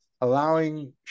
allowing